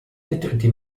detriti